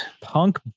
Punk